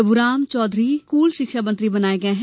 Prabhuram Chaudhary school शिक्षा मंत्री बनाये गये है